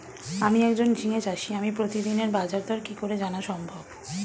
আমি একজন ঝিঙে চাষী আমি প্রতিদিনের বাজারদর কি করে জানা সম্ভব?